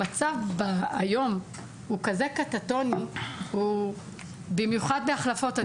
המצב היום הוא כזה קטטוני, במיוחד בהחלפות.